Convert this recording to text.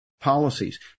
policies